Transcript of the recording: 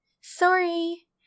Sorry